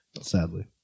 sadly